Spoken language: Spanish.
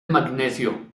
magnesio